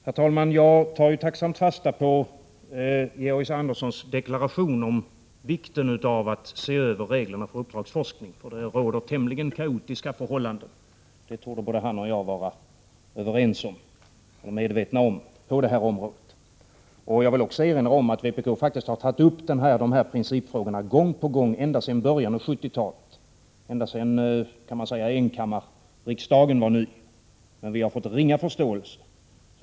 Herr talman! Jag tar tacksamt fasta på Georg Anderssons deklaration om vikten av att se över reglerna för uppdragsforskning. Det råder tämligen kaotiska förhållanden på detta område — det torde Georg Andersson och jag vara medvetna och överens om. Jag vill också erinra om att vpk faktiskt tagit upp dessa principfrågor gång på gång ända sedan början av 1970-talet — ända sedan den tid då enkammarriksdagen var ny —, men vi har rönt ringa förståelse.